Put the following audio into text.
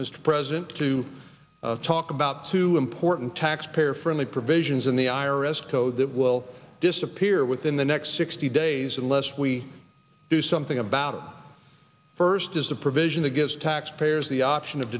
mr president to talk about two important tax payer friendly provisions in the i r s code that will disappear within the next sixty days unless we do something about it first is a provision that gives taxpayers the option of